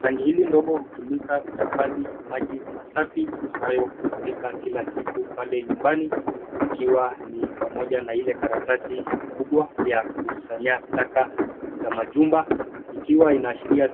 Tanki hili ndogo kutumika kuhifadhi maji masafi ambayo hutumika kila siku pale nyumbani ikiwa ni pamoja na ile karatasi kubwa ya kusanya taka za majumba ikiwa inaashiria